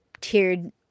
tiered